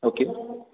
okay